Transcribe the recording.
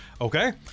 Okay